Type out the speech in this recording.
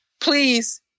Please